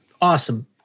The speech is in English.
awesome